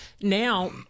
now